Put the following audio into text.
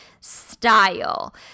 style